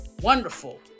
wonderful